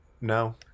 No